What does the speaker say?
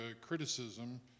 criticism